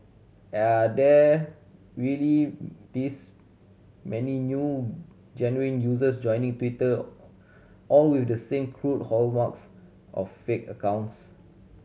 are there really this many new genuine users joining Twitter all with the same crude hallmarks of fake accounts